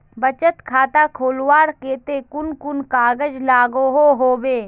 बचत खाता खोलवार केते कुन कुन कागज लागोहो होबे?